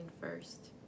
first